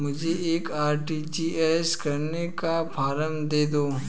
मुझे एक आर.टी.जी.एस करने का फारम दे दो?